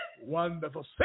wonderful